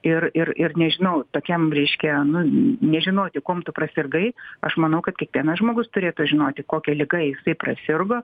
ir ir ir nežinau tokiam reiškia nu nežinoti kuom tu prasirgai aš manau kad kiekvienas žmogus turėtų žinoti kokia liga jisai prasirgo